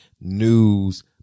news